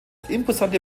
imposante